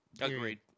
Agreed